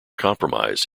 compromise